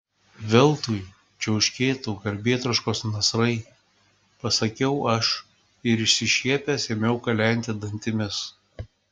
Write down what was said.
veltui čiauškėtų garbėtroškos nasrai pasakiau aš ir išsišiepęs ėmiau kalenti dantimis